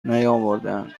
نیاوردند